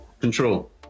Control